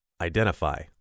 Identify